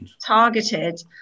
targeted